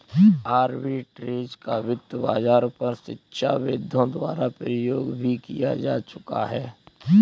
arbitrage का वित्त बाजारों पर शिक्षाविदों द्वारा प्रयोग भी किया जा चुका है